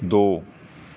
ਦੋ